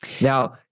Now